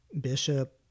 bishop